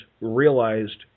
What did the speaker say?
realized